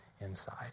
inside